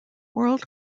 world